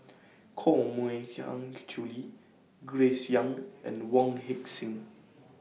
Koh Mui Hiang Julie Grace Young and Wong Heck Sing